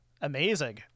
amazing